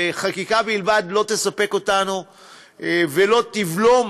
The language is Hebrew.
וחקיקה בלבד לא תספק אותנו ולא תבלום